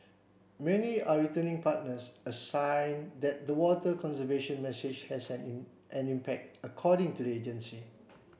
many are returning partners a sign that the water conservation message has an impact according to the agency